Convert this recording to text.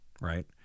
Right